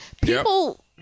people